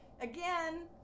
Again